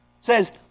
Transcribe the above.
says